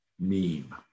meme